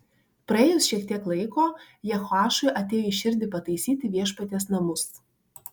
praėjus šiek tiek laiko jehoašui atėjo į širdį pataisyti viešpaties namus